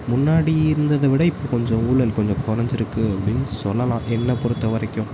முன்னாடி இருந்ததை விட இப்போ கொஞ்சம் ஊழல் கொஞ்சம் குறஞ்சிருக்கு அப்படின்னு சொல்லலாம் என்னை பொறுத்த வரைக்கும்